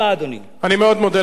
אני מאוד מודה לך, אדוני.